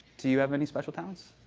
do you have any special talents?